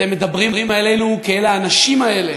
אתם מדברים עלינו כעל האנשים האלה,